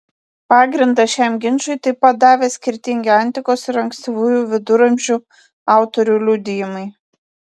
pagrindą šiam ginčui taip pat davė skirtingi antikos ir ankstyvųjų viduramžių autorių liudijimai